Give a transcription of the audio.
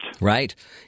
Right